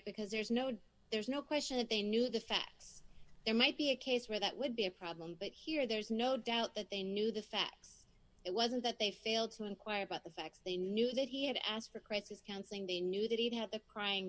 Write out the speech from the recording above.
because there's no there's no question that they knew the facts there might be a case where that would be a problem but here there's no doubt that they knew the facts it wasn't that they failed to inquire about the facts they knew that he had asked for crisis counseling they knew that he had a crying